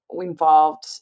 involved